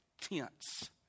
tense